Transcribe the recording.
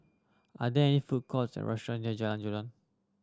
are there any food courts or restaurants near Jalan Jelutong